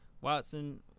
Watson